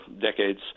decades